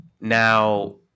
Now